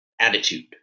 attitude